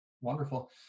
wonderful